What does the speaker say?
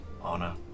honor